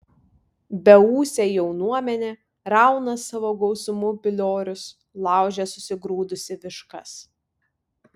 beūsė jaunuomenė rauna savo gausumu piliorius laužia susigrūdusi viškas